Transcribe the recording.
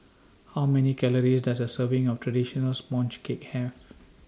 How Many Calories Does A Serving of Traditional Sponge Cake Have